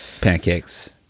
pancakes